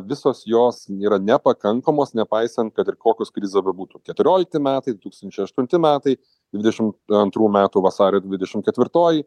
visos jos yra nepakankamos nepaisant kad ir kokius krizė bebūtų keturiolikti metai du tūkstančiai aštunti metai dvidešim antrų metų vasario dvidešim ketvirtoji